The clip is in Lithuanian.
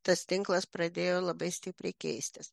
tas tinklas pradėjo labai stipriai keistis